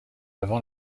avant